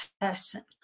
person